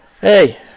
hey